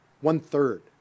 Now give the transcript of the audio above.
One-third